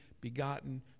begotten